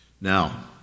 Now